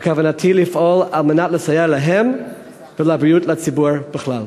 בכוונתי לפעול על מנת לסייע להם ולבריאות הציבור בכלל.